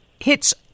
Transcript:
hits